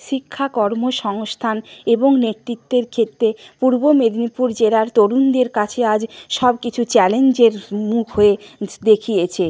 শিক্ষা কর্মসংস্থান এবং নেতৃত্বের ক্ষেত্রে পূর্ব মেদিনীপুর জেলার তরুণদের কাছে আজ সব কিছু চ্যালেঞ্জের মুখ হয়ে দেখিয়েছে